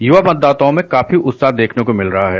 युवा मतदाताओं में काफी उत्साह देखने को मिल रहा है